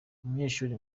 umunyeshuri